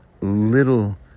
little